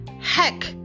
heck